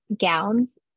gowns